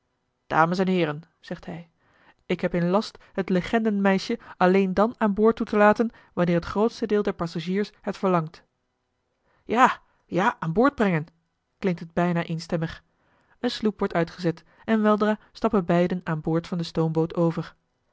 dames en heeren zegt hij ik heb in last het legendenmeisje alleen dan aan boord toe te laten wanneer het grootste deel der passagiers het verlangt ja ja aan boord brengen klinkt het bijna eenstemmig eene sloep wordt uitgezet en weldra stappen beiden aan boord van de stoomboot over